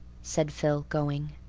said phil, going.